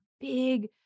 big